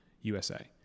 USA